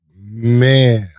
Man